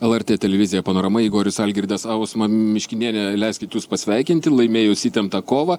el er tė televizija panorama igorius algirdas ausma miškiniene leiskit jus pasveikinti laimėjus įtemptą kovą